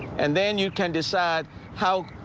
and then you can decide how.